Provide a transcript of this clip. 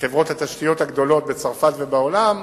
מחברות התשתיות הגדולות בצרפת ובעולם,